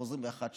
חוזרים ב-13:00,